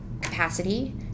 capacity